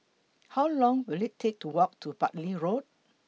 How Long Will IT Take to Walk to Bartley Road